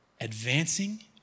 advancing